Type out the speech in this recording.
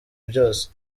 byose